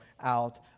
out